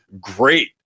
great